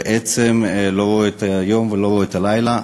ובעצם לא רואה את היום ולא רואה את הלילה?